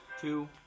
Two